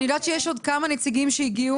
אני יודעת שיש עוד כמה נציגים שהגיעו,